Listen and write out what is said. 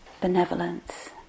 benevolence